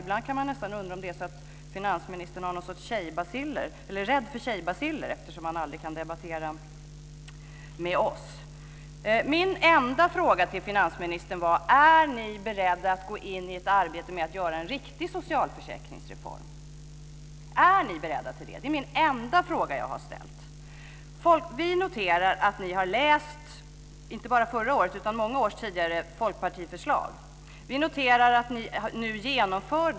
Ibland kan man nästan undra om finansministern är rädd för tjejbaciller, eftersom han aldrig kan debattera med oss. Min enda fråga till finansministern var: Är ni beredda att gå in i ett arbete med att göra en riktig socialförsäkringsreform? Det är den enda fråga som jag har ställt.